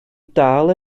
dal